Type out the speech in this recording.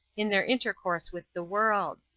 in their intercourse with the world.